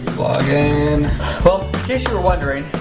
in case you were wondering,